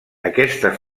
aquesta